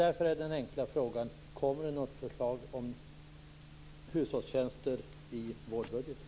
Därför är den enkla frågan: Kommer det något förslag om hushållstjänster i vårbudgeten?